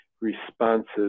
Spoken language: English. responses